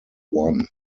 one